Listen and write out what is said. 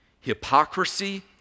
Hypocrisy